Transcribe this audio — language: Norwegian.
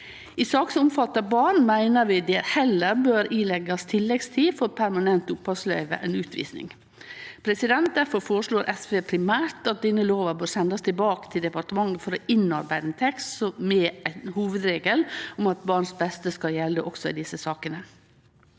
som omfattar barn, meiner vi det heller bør ileggjast tilleggstid for permanent opphaldsløyve enn utvising. Difor føreslår SV primært at denne lova bør sendast tilbake til departementet for å innarbeide ein tekst med ein hovudregel om at barns beste skal gjelde også i desse sakene.